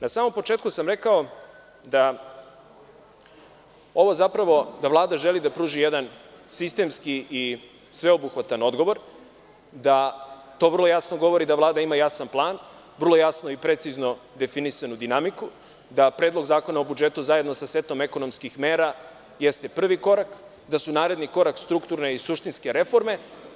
Na samom početku sam rekao da Vlada želi da pruži jedan sistemski i sveobuhvatan odgovor, da to vrlo jasno govori da Vlada ima jasan plan, vrlo jasno i precizno definisanu dinamiku, da Predlog zakona o budžetu zajedno sa setom ekonomskih mera jeste prvi korak, da su naredni korak strukturne i suštinske reforme.